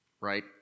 right